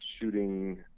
shooting